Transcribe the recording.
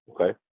Okay